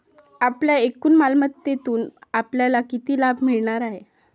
आपल्या एकूण मालमत्तेतून आपल्याला किती लाभ मिळणार आहे?